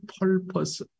purpose